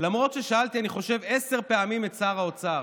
למרות ששאלתי עשר פעמים, אני חושב, את שר האוצר,